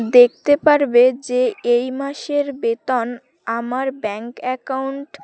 দেখতে পারবে যে এই মাসের বেতন আমার ব্যাঙ্ক অ্যাকাউন্ট